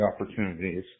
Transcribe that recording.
opportunities